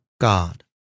God